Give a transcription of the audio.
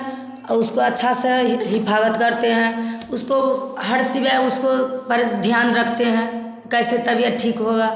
और उसको अच्छा से हिफागत करते हैं उसको हर सिवेय उसको पर ध्यान रखते हैं कैसे तबीयत ठीक होगा